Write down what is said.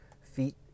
Feet